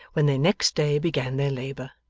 when they next day began their labour!